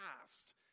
past